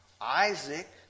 Isaac